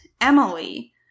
Emily